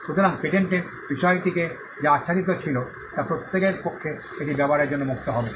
সুতরাং পেটেন্টের বিষয়টিকে যা আচ্ছাদিত ছিল তা প্রত্যেকের পক্ষে এটি ব্যবহারের জন্য মুক্ত হবে